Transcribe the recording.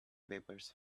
papers